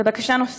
בבקשה נוספת: